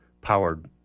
powered